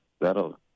that'll